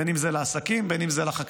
בין אם זה לעסקים ובין אם זה לחקלאים,